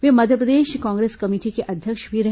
वे Madhya Pradesh Congress committee के अध्यक्ष भी रहे